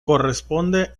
corresponde